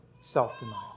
self-denial